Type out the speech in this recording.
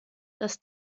dass